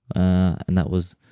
and that was,